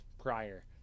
prior